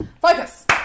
Focus